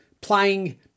playing